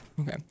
Okay